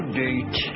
date